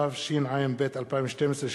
התשע"ב 2012,